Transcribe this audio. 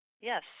Yes